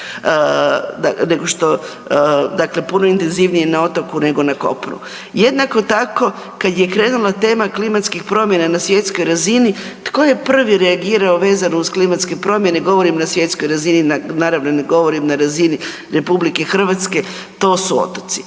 dakle puno intenzivnije na otoku nego na kopnu. Jednako tako kad je krenula tema klimatskih promjena na svjetskoj razini tko je prvi reagirao vezano uz klimatske promjene, govorim na svjetskoj razini naravno ne govorim na razini RH, to su otoci.